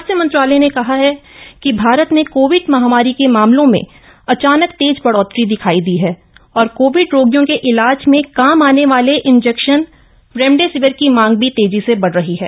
स्वास्थ्य मंत्राप्तय ने कहा है कि भारत में कोविड महामारी के मामलों में अचामक तेज बढोतरी दिखाई दी है और कोविड रोगियों के इलाज में काम आने वाले इंजेक्शन रेमडेसिविर की मांग भी तेजी से बढ़ी है